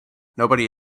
nobody